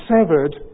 severed